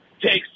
Takes